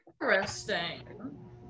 Interesting